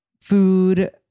food